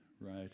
right